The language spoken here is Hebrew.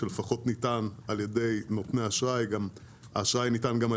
שלפחות ניתן על ידי נותני אשראי האשראי ניתן גם על